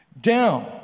down